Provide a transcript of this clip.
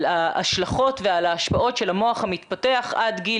ההשלכות ועל ההשפעות על המוח המתפתח עד גיל,